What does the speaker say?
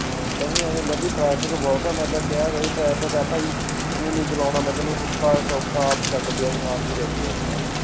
ਹਾਂ ਪੰਜਵਾਂ ਇਹ ਹੁੰਦਾ ਵੀ ਟ੍ਰੈਫਕ ਬਹੁਤ ਆ ਮੈਂ ਤਾਂ ਕਿਹਾ ਬਾਈ ਟ੍ਰੈਫਕ ਆ ਭਾਈ ਤੂੰ ਨਹੀਂ ਚਲਾਉਣਾ ਮੈਂ ਤੈਨੂੰ ਔਖਾ ਸੌਖਾ ਆਪ ਛੱਡ ਕੇ ਆਊਂਗਾ ਆਪ ਹੀ ਲੈ ਕੇ ਆਊਂਗਾਂ ਹੈ ਨਾ